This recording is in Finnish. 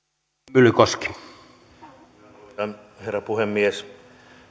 arvoisa herra puhemies